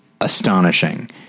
astonishing